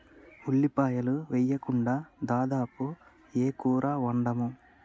ఉల్లిపాయలు వేయకుండా దాదాపు ఏ కూర వండము